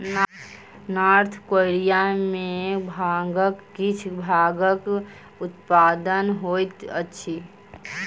north Korea में भांगक किछ भागक उत्पादन होइत अछि